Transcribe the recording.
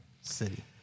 city